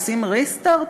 עושים restart?